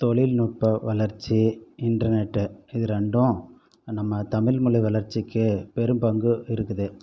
தொழில்நுட்ப வளர்ச்சி இண்டர்நெட் இது ரெண்டும் நம்ம தமிழ் மொழி வளர்ச்சிக்கு பெரும் பங்கு இருக்குது